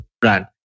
brand